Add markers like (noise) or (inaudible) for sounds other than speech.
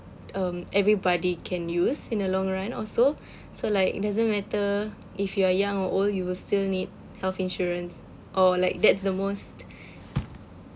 um everybody can use in the long run also (breath) so like it doesn't matter if you are young or old you will still need health insurance or like that's the most